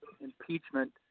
impeachment